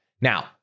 Now